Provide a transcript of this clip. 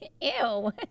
ew